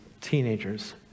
teenagers